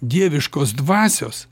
dieviškos dvasios